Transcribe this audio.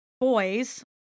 boys